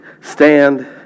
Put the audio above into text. Stand